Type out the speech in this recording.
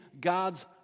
God's